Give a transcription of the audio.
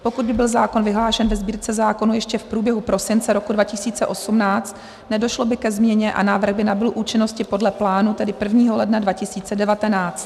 Pokud by byl zákon vyhlášen ve Sbírce zákonů ještě v průběhu prosince roku 2018, nedošlo by ke změně a návrh by nabyl účinnosti podle plánu, tedy 1. ledna 2019.